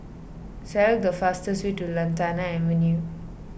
select the fastest way to Lantana Avenue